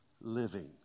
living